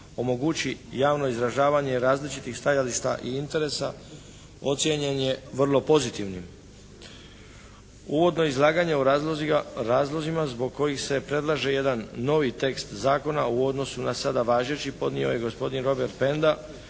omogući javno izražavanje različitih stajališta i interesa, ocijenjen je vrlo pozitivnim. Uvodno izlaganje o razlozima zbog kojih se predlaže jedan novi tekst zakona u odnosu na sada važeći podnio je gospodin Robert Penda,